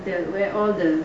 are where all the